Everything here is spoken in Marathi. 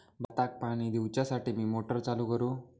भाताक पाणी दिवच्यासाठी मी मोटर चालू करू?